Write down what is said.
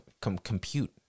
compute